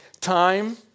time